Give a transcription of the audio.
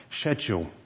schedule